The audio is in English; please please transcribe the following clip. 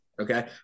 okay